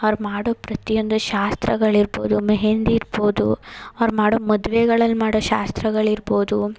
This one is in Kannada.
ಅವ್ರು ಮಾಡೋ ಪ್ರತಿಯೊಂದು ಶಾಸ್ತ್ರಗಳಿರ್ಬೋದು ಮೆಹೆಂದಿ ಇರ್ಬೋದು ಅವ್ರು ಮಾಡೋ ಮದ್ವೆಗಳಲ್ಲಿ ಮಾಡೋ ಶಾಸ್ತ್ರಗಳಿರ್ಬೋದು